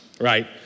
right